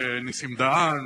נסים דהן,